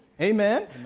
Amen